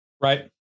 Right